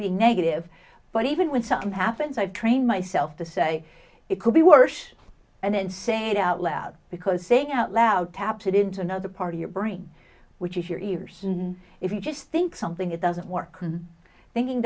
being negative but even when something happens i train myself to say it could be worse and then say it out loud because saying out loud tapped into another part of your brain which is your ears and if you just think something it doesn't work and thinking